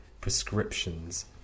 prescriptions